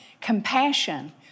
compassion